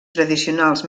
tradicionals